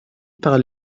par